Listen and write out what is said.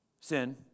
Sin